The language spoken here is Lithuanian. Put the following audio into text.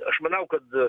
aš manau kad